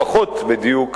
לפחות בדיוק,